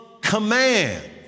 command